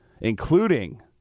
Including